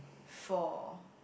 four